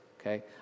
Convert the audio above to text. okay